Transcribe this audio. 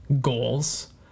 goals